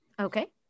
Okay